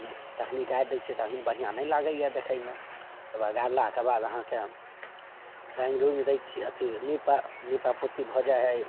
जखन गाड़ि दै छै तखन बढ़िआँ नहि लागैए देखैमे ओहिके बाद गाड़लाके बाद अहाँके रङ्गि रुङ्गि दै छिए अथी निपा निपापोती भऽ जाइ हइ